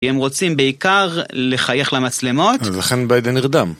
הם רוצים בעיקר לחייך למצלמות. ולכן ביידן נרדם.